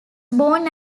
born